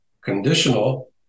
conditional